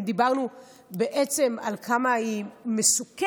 אם דיברנו בעצם על כמה היא מסוכנת.